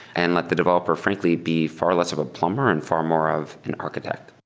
and let the developer frankly be far less of a plumber and far more of an architect.